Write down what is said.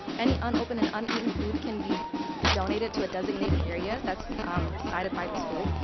any unopened and uneaten food can be donated to a designated area that's decided by the school.